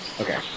Okay